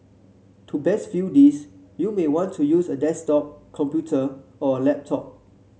to best view this you may want to use a desktop computer or a laptop